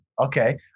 Okay